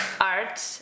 art